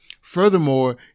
Furthermore